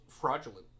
fraudulent